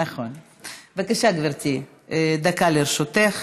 בבקשה, גברתי, דקה לרשותך.